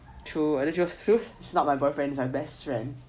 true is not my boyfriend is my best friend